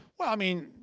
well, i mean,